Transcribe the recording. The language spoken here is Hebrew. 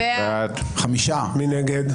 מי נגד?